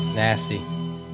Nasty